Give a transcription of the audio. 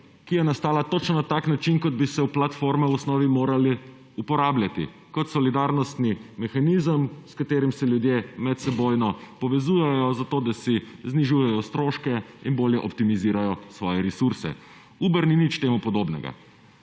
ki je nastala točno na tak način, kot bi se platforme v osnovi morale uporabljati – kot solidarnostni mehanizem, s katerim se ljudje medsebojno povezujejo, zato, da si znižujejo stroške in bolje optimizirajo svoje resurse. Uber ni nič temu podobnega.